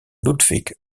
ludwig